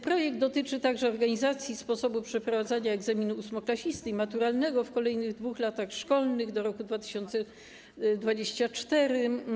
Projekt dotyczy także organizacji sposobu przeprowadzania egzaminów ósmoklasisty i maturalnego w kolejnych 2 latach szkolnych, tj. do roku 2024.